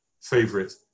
favorite